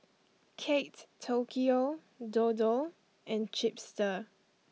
Kate Tokyo Dodo and Chipster